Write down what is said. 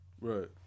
right